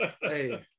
Hey